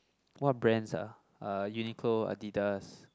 what brands ah uh Uniqlo Adidas